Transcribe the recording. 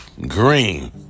green